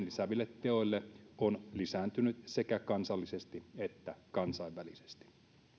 lisääville teoille on lisääntynyt sekä kansallisesti että kansainvälisesti